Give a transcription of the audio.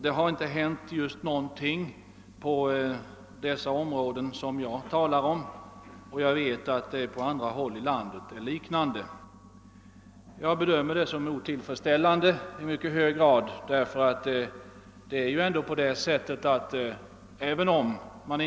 Det har inte gjorts någonting för att ordna saken, och jag vet att det på andra håll i landet råder liknande förhållanden. Jag betraktar detta som helt otillfredsställande.